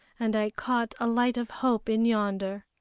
and i caught a light of hope in yonder.